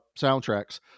soundtracks